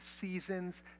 seasons